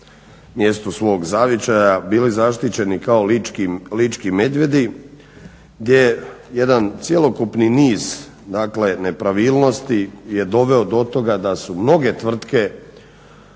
mjestu svog zavičaja, bili zaštićeni kao lički medvjedi. Gdje jedan cjelokupni niz, dakle nepravilnosti je doveo do toga da su mnoge tvrtke